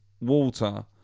water